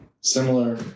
Similar